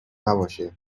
نباشه